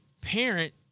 parent